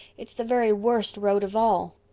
it's the very worst road of all.